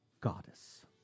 goddess